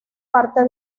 parte